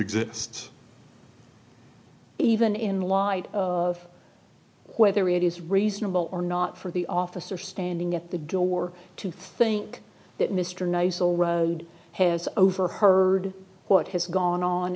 exists even in light of whether it is reasonable or not for the officer standing at the door to think that mr nice all road has overheard what has gone on